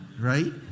right